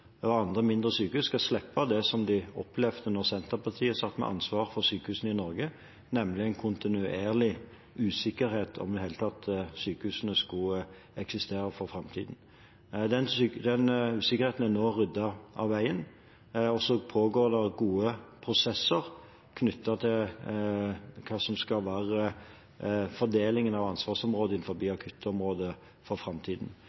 og andre mindre sykehus skal slippe det de opplevde da Senterpartiet satt med ansvaret for sykehusene i Norge, nemlig en kontinuerlig usikkerhet om sykehusene i det hele tatt skulle eksistere for framtiden. Den usikkerheten er nå ryddet av veien, og så pågår det gode prosesser knyttet til hva som skal være fordelingen av ansvarsområdet innenfor akuttområdet for framtiden.